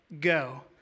go